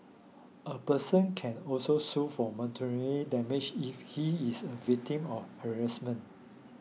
a person can also sue for monetary damage if he is a victim of harassment